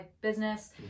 business